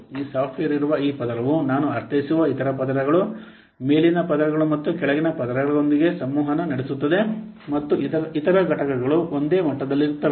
ಈ ಸಾಫ್ಟ್ವೇರ್ ಇರುವ ಈ ಪದರವು ನಾನು ಅರ್ಥೈಸುವ ಇತರ ಪದರಗಳು ಮೇಲಿನ ಪದರಗಳು ಮತ್ತು ಕೆಳಗಿನ ಪದರಗಳೊಂದಿಗೆ ಸಂವಹನ ನಡೆಸುತ್ತದೆ ಮತ್ತು ಇತರ ಘಟಕಗಳು ಒಂದೇ ಮಟ್ಟದಲ್ಲಿರುತ್ತವೆ